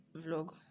vlog